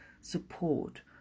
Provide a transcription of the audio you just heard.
support